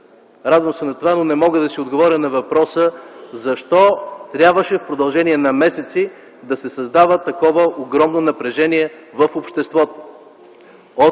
Радвам се на това, но не мога да си отговоря на въпроса защо трябваше в продължение на месеци да се създава такова огромно напрежение в обществото